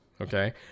okay